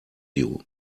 you